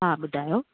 हा ॿुधायो